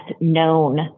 known